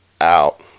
out